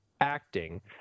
acting